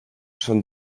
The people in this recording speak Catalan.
són